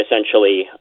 essentially